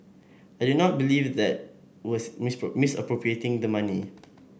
I did not believe that was misappropriating the money